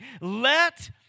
let